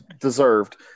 deserved